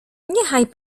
niechaj